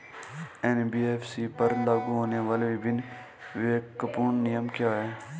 NBFC पर लागू होने वाले विभिन्न विवेकपूर्ण नियम क्या हैं?